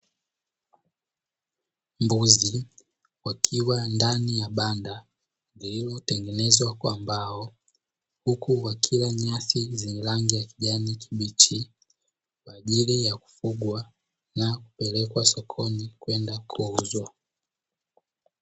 Mbuzi wakiwa ndani ya banda lililotengenezwa kwa mbao, huku wakila nyasi zenye rangi ya kijani kibichi kwa ajili ya kufugwa na kupelekwa sokoni kwenda kuuzwa.